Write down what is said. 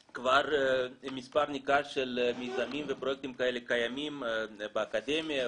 מספר ניכר של מיזמים ופרויקטים כאלה קיימים באקדמיה,